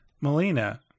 melina